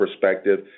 perspective